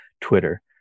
Twitter